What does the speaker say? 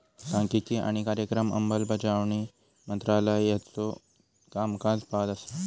सांख्यिकी आणि कार्यक्रम अंमलबजावणी मंत्रालय त्याचो कामकाज पाहत असा